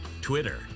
Twitter